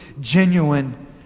genuine